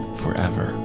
forever